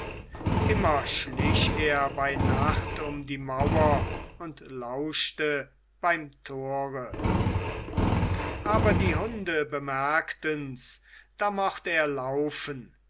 immer schlich er bei nacht um die mauer und lauschte beim tore aber die hunde bemerktens da mocht er laufen